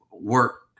work